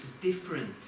different